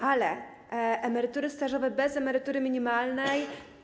Ale emerytury stażowe bez emerytury minimalnej?